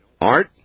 Art